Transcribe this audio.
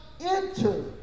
enter